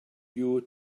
you